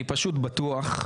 אני פשוט בטוח,